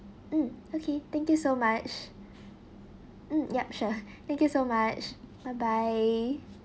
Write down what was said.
mm okay thank you so much mm yup sure thank you so much bye bye